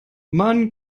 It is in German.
man